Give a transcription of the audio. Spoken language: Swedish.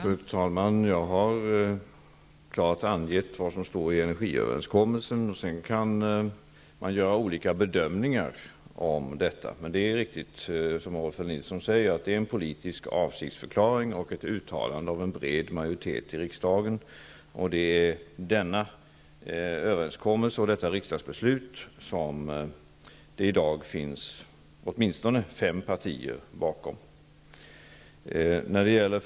Herr talman! Jag har klart angett vad som står i energiöverenskommelsen. Sedan går det att göra olika bedömningar av frågan. Det är riktigt som Rolf L. Nilson säger att det är en politisk avsiktsförklaring och ett uttalande av en bred majoritet i riksdagen. Åtminstone fem partier står i dag bakom denna överenskommelse och detta riksdagsbeslut.